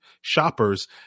shoppers